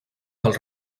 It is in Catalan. del